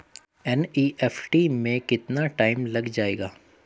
NEFT में कितना time लग जाएगा?